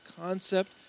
concept